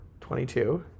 22